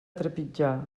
trepitjar